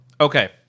Okay